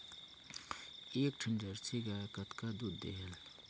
एक ठन जरसी गाय कतका दूध देहेल?